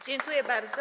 Dziękuję bardzo.